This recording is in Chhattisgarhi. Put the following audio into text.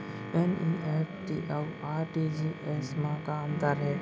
एन.ई.एफ.टी अऊ आर.टी.जी.एस मा का अंतर हे?